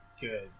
good